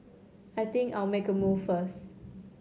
I think I'll make a move first